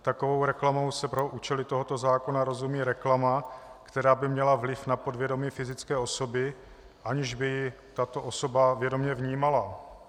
Takovou reklamou se pro účely tohoto zákona rozumí reklama, která by měla vliv na podvědomí fyzické osoby, aniž by ji tato osoba vědomě vnímala.